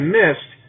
missed